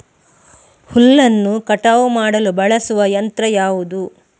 ಹುಲ್ಲನ್ನು ಕಟಾವು ಮಾಡಲು ಬಳಸುವ ಯಂತ್ರ ಯಾವುದು?